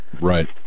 Right